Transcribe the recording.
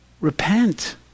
Repent